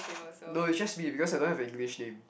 no it's just me because I don't have a English name